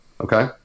Okay